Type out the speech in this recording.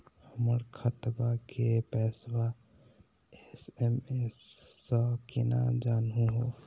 हमर खतवा के पैसवा एस.एम.एस स केना जानहु हो?